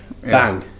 bang